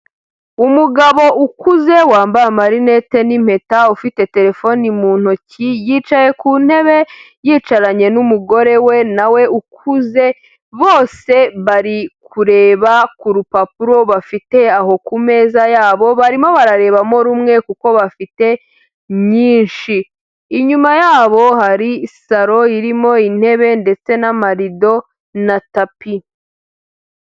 Umugabo ukuze wambaye amarinete n'impeta, ufite terefone mu ntoki, yicaye ku ntebe, yicaranye n'umugore we na we ukuze, bose bari kureba ku rupapuro bafite aho ku meza yabo, barimo bararebamo rumwe kuko bafite nyinshi. Inyuma yabo hari saro irimo intebe ndetse n'amarido na tapi.